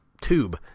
tube